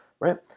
right